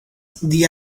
the